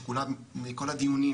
שכולם כל הדיונים,